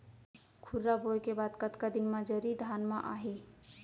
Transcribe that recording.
खुर्रा बोए के बाद कतका दिन म जरी धान म आही?